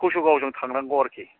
कसुगावजों थांनांगौ आरोखि